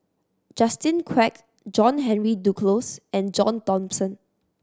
Justin Quek John Henry Duclos and John Thomson